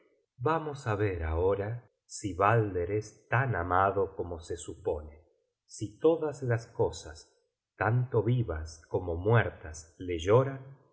vamos á ver ahora si balder es tan amado como se supone si todas las cosas tanto vivas como muertas le lloran